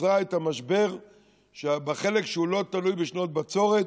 שיצרה את המשבר בחלק שהוא לא תלוי בשנות בצורת,